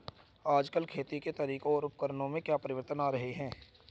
आजकल खेती के तरीकों और उपकरणों में क्या परिवर्तन आ रहें हैं?